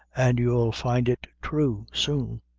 and you'll find it true soon.